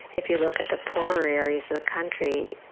if you look at the poorer areas of the country,